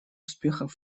успехов